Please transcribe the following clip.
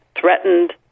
threatened